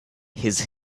his